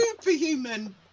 superhuman